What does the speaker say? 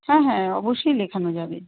হ্যাঁ হ্যাঁ অবশ্যই লেখানো যাবে